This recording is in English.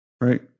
right